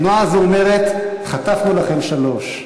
זה, התנועה הזו אומרת: חטפנו לכם, שלוש.